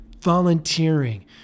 volunteering